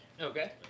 Okay